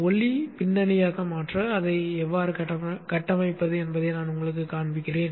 ஒளி பின்னணியாக மாற்ற அதை எவ்வாறு கட்டமைப்பது என்பதை நான் உங்களுக்குக் காண்பிப்பேன்